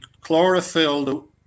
chlorophyll